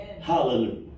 Hallelujah